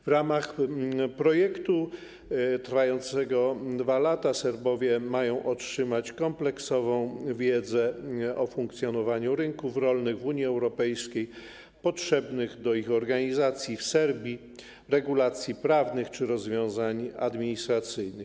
W ramach projektu trwającego 2 lata Serbowie mają otrzymać kompleksową wiedzę o funkcjonowaniu rynków rolnych w Unii Europejskiej potrzebną do ich organizacji w Serbii, regulacji prawnych czy rozwiązań administracyjnych.